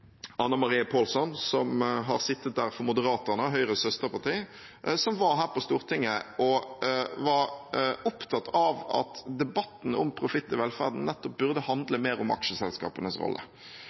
som har sittet der for Moderaterna, Høyres søsterparti, her på Stortinget. Hun var opptatt av at debatten om profitt i velferden nettopp burde handle mer om aksjeselskapenes rolle,